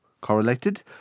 correlated